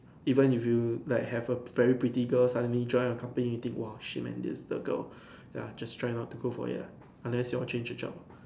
even if you like have a very pretty girl suddenly join your company think !wah! shit man this is the girl ya just try not to go for it lah unless you want change a job lah